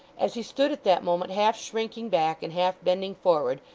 as he stood, at that moment, half shrinking back and half bending forward,